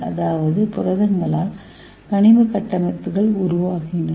அதாவது புரதங்களால் கனிம கட்டமைப்புகள் உருவாகின்றன